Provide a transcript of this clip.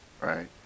Right